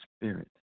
spirit